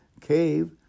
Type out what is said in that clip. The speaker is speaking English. cave